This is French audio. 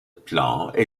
plants